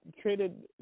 traded